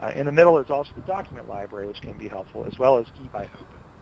ah in the middle is also the document library, which can be helpful, as well as ebuy open.